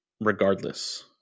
regardless